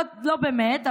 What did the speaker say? לא באמת,